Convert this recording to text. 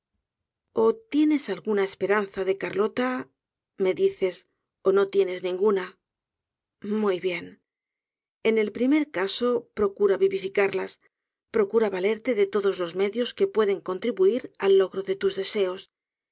alternativas o tienes alguna esperanza de carlota me dices ó no tienes ninguna muy bien en el primer caso procura vivificarlas procura valerte de todos los medios que pueden contribuir al logro de tus deseos